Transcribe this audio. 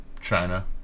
China